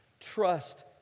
Trust